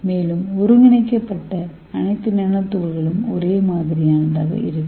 மேலும் ஒருங்கிணைக்கப்பட்ட அனைத்து நானோ துகள்களும் ஒரே மாதிரியானதாக இருக்கும்